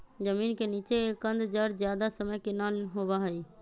जमीन के नीचे के कंद जड़ ज्यादा समय के ना होबा हई